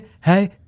hey